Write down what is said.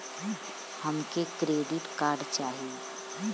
हमके credit card चाही